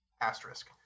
Asterisk